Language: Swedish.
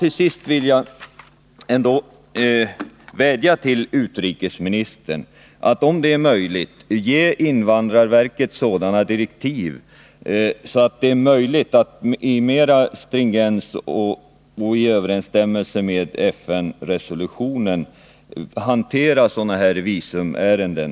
Till sist skulle jag vilja vädja till utrikesministern att om möjligt ge invandrarverket sådana direktiv att man där med större stringens och i överensstämmelse med FN-resolutionen kan hantera sådana här visumärenden.